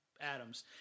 Adams